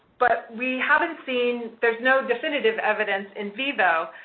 but we haven't seen, there's no definitive evidence in vivo,